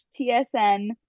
TSN